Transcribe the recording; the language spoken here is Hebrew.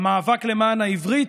המאבק למען העברית,